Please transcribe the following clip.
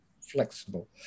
flexible